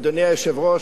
אדוני היושב-ראש,